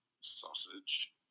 sausage